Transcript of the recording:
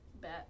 Bet